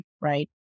right